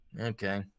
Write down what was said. okay